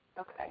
okay